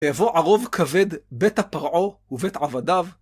ויבוא ערוב כבד ביתה פרעה ובית עבדיו,